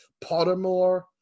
Pottermore